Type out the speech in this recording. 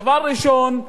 דבר ראשון,